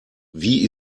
wie